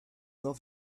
off